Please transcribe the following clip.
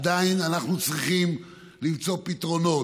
עדיין אנחנו צריכים למצוא פתרונות.